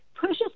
pushes